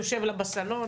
יושב לה בסלון.